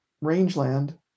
rangeland